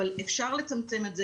ואפשר לצמצם את זה.